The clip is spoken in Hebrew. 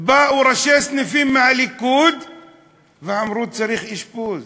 באו ראשי סניפים מהליכוד ואמרו: צריך אשפוז.